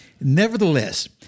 Nevertheless